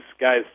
guys